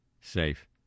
safe